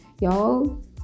y'all